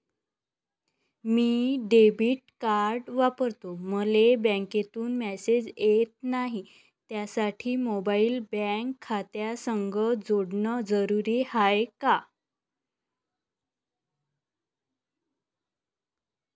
मी debit card वापरतो मले बँकेतून मॅसेज येत नाही, त्यासाठी मोबाईल बँक खात्यासंग जोडनं जरुरी हाय का?